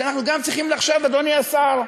אנחנו גם צריכים לחשוב, אדוני השר,